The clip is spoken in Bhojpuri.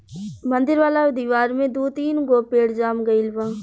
मंदिर वाला दिवार में दू तीन गो पेड़ जाम गइल बा